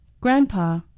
grandpa